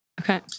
Okay